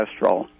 cholesterol